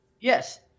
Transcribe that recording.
Yes